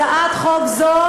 הצעת חוק זו,